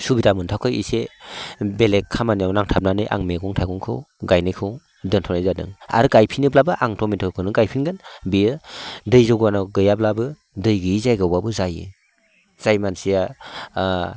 सुबिदा मोनथ'वाखै एसे बेलेग खामानियाव नांथाबनानै आं मैगं थाइगंखौ गायनायखौ दोनथ'नाय जादों आरो गायफिनोब्लाबो आं टमेट'खौनो गायफिनगोन बेयो दै जगानाव गैयाब्लाबो दै गैयि जायगायावबाबो जायो जाय मानसिया